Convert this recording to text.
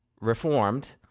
reformed